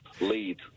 lead